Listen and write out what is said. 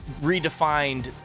redefined